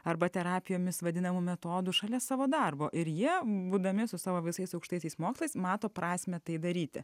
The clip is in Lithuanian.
arba terapijomis vadinamų metodų šalia savo darbo ir jie būdami su savo visais aukštaisiais mokslais mato prasmę tai daryti